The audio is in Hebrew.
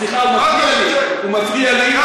סליחה, הוא מפריע לי.